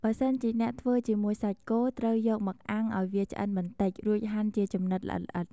បើសិនជាអ្នកធ្វើជាមួយសាច់គោ ត្រូវយកមកអាំងឱ្យវាឆ្អិនបន្ដិច រួចហាន់ជាចំណិតល្អិតៗ។